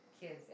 kids